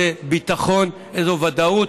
איזה ביטחון, איזו ודאות.